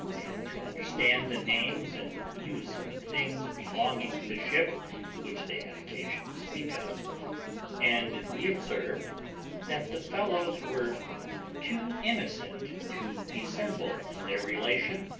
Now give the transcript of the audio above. and to understand the names and use of the things belonging to the ship which they had occasion to speak of and we observed that the fellows were too innocent to dissemble in their relation,